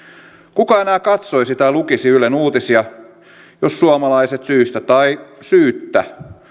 kuka enää katsoisi tai lukisi ylen uutisia jos suomalaiset syystä tai syyttä